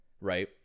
right